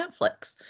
netflix